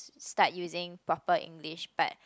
start using proper English but